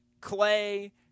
Clay